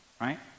right